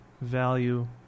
value